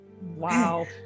Wow